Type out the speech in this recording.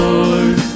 Lord